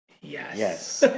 Yes